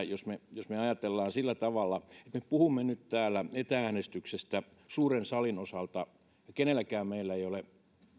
jos me jos me ajattelemme sillä tavalla että me puhumme nyt täällä etä äänestyksestä suuren salin osalta ja kenelläkään meillä ei ole